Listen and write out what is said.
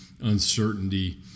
uncertainty